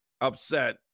upset